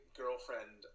girlfriend